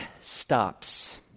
stops